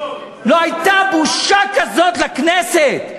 לא הייתה בושה כזאת לכנסת.